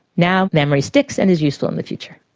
now memory sticks and is useful in the future.